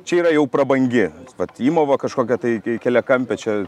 čia yra jau prabangi vat įmova kažkokia tai keliakampė čia